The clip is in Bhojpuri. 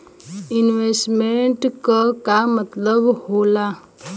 इन्वेस्टमेंट क का मतलब हो ला?